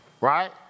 Right